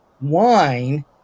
wine